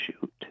shoot